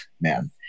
man